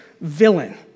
villain